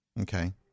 Okay